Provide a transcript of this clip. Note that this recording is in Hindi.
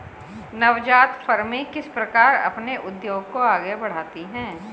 नवजात फ़र्में किस प्रकार अपने उद्योग को आगे बढ़ाती हैं?